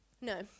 No